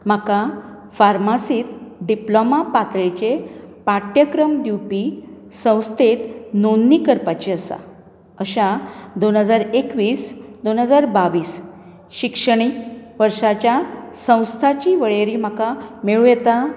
म्हाका फार्मसींत डिप्लोमा पातळेचे पाठ्यक्रम दिवपी संस्थेंत नोंदणी करपाची आसा अशा दोन हजार एकवीस दोन हजार बावीस शिक्षणीक वर्साच्या संस्थांची वळेरी म्हाका मेळूं येता